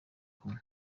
kumwe